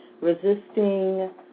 resisting